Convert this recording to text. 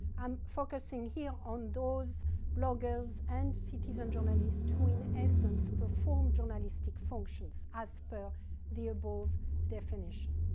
i'm focusing here on those bloggers and citizen journalists who in essence perform journalistic functions as per the above definition.